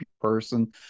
person